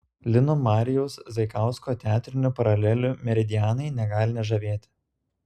lino marijaus zaikausko teatrinių paralelių meridianai negali nežavėti